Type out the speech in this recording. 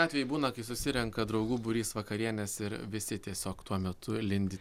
atvejų būna kai susirenka draugų būrys vakarienės ir visi tiesiog tuo metu lindi